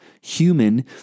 human